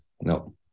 no